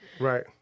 Right